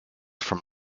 from